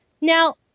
Now